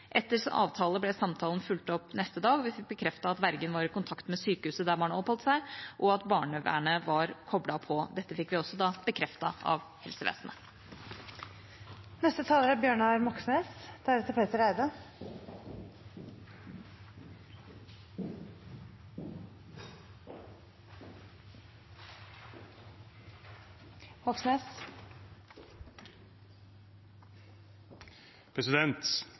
Etter avtale ble samtalen fulgt opp neste dag, og vi fikk bekreftet at vergen var i kontakt med sykehuset der barna oppholdt seg, og at barnevernet var koblet på. Dette fikk vi også bekreftet av helsevesenet. I dag er